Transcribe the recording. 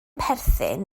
perthyn